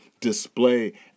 display